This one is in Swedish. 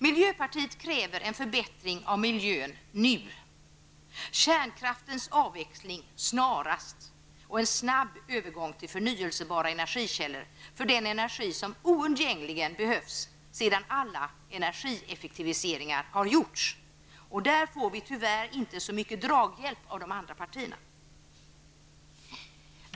Miljöpartiet kräver en förbättring av miljön nu, kärnkraftens avveckling snarast och en snabb övergång till förnyelsebara energikällor för den energi som oundgängligen behövs sedan alla energieffektiviseringar har gjorts. Där får vi tyvärr inte så mycket draghjälp av de andra partierna.